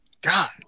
God